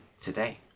today